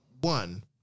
One